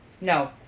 No